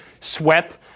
sweat